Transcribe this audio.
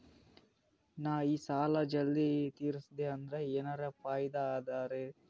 ನಾ ಈ ಸಾಲಾ ಜಲ್ದಿ ತಿರಸ್ದೆ ಅಂದ್ರ ಎನರ ಫಾಯಿದಾ ಅದರಿ?